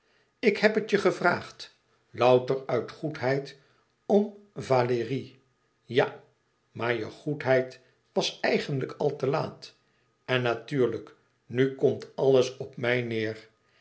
ik heb het je gevraagd louter uit goedheid om valérie ja maar je goedheid was eigenlijk al te laat en natuurlijk nu komt alles op mij neér